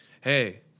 hey